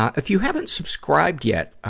ah if you haven't subscribed yet,